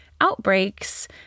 outbreaks